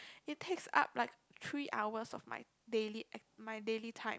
it's take out like three hours of my daily my daily time